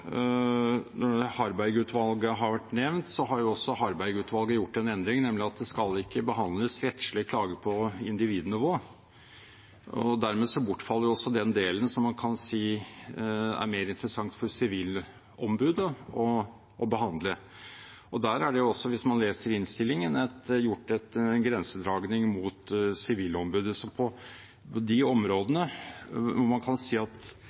har vært nevnt, og Harberg-utvalget har jo også gjort en endring, nemlig at det ikke skal behandles rettslige klager på individnivå. Dermed bortfaller den delen man kan si er mer interessant for Sivilombudet å behandle. Der er det også, hvis man leser i innstillingen, gjort en grensedragning mot Sivilombudet. På de områdene hvor man kan si at